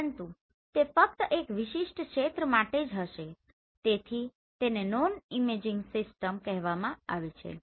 પરંતુ તે ફક્ત એક વિશિષ્ટ ક્ષેત્ર માટે જ હશે તેથી તેને નોન ઇમેજિંગ સિસ્ટમ કહેવામાં આવે છે